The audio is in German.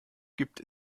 gibt